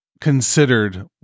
considered